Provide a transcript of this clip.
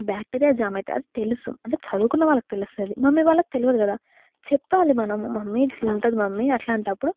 bacteria jam అవుతుంది అది తెలుసు అంటే చదువుకున్న వాళ్ళకు తెలుస్తుంది మమ్మీ వాళ్ళకి తెలియదు కదా చెప్పాలి మనం మమ్మీ ఇట్ల ఉంటుంది మమ్మీ అలాంటప్పుడు